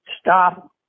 stop